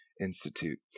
Institute